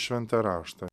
šventą raštą